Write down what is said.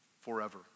forever